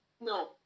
No